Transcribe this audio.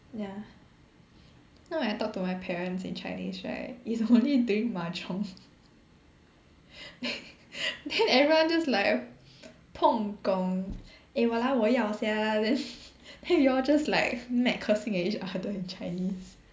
ya you know when I talk to my parents in Chinese right is only during mahjong then everyone just like peng gong eh !walao! 我要 sia then then they all just like mad cursing at each other in Chinese